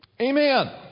Amen